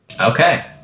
Okay